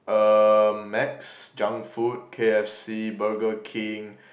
uh Macs junk food K_F_C Burger-King